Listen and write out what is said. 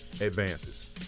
advances